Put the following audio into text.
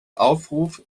aufruf